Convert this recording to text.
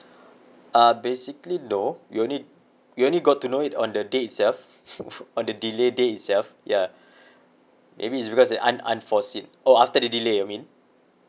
uh basically no we only we only got to know it on the day itself on the delay day itself ya maybe it's because it's un~ unforeseen oh after the delay you mean